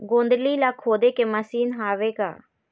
गोंदली ला खोदे के मशीन हावे का?